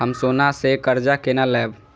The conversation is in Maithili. हम सोना से कर्जा केना लैब?